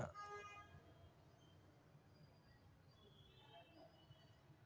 నా loan recovery కి నేను ఒకటేసరి పైసల్ కట్టొచ్చా?